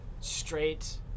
straight